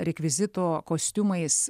rekvizito kostiumais